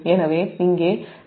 எனவே இங்கே π δ1 ஐ வைக்கவும்